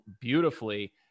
beautifully